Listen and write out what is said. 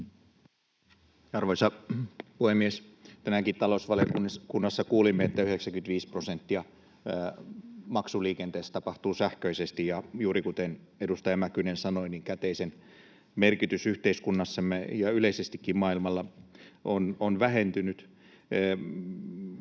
Arvoisa puhemies! Tänäänkin talousvaliokunnassa kuulimme, että 95 prosenttia maksuliikenteestä tapahtuu sähköisesti, ja juuri kuten edustaja Mäkynen sanoi, käteisen merkitys yhteiskunnassamme ja yleisestikin maailmalla on vähentynyt.